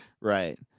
Right